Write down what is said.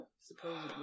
supposedly